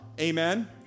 Amen